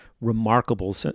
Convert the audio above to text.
remarkable